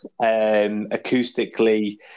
acoustically